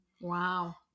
Wow